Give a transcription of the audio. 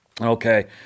Okay